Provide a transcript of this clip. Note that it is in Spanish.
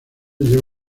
lleva